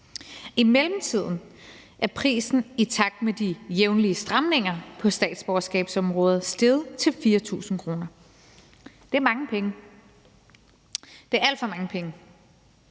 I mellemtiden er prisen i takt med de jævnlige stramninger på statsborgerskabsområdet steget til 4.000 kr. Det er mange penge; det er alt for mange penge.